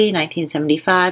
1975